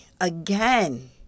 again